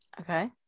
Okay